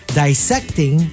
dissecting